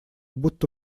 будто